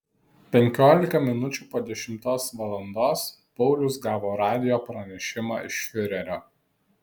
penkiolika minučių po dešimtos valandos paulius gavo radijo pranešimą iš fiurerio